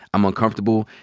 i'm uncomfortable.